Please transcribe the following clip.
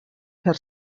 fer